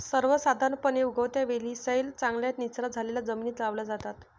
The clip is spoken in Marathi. सर्वसाधारणपणे, उगवत्या वेली सैल, चांगल्या निचरा झालेल्या जमिनीत लावल्या जातात